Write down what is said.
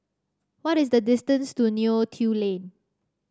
what is the distance to Neo Tiew Lane